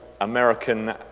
American